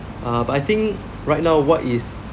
uh but I think right now what is